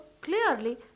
clearly